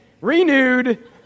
renewed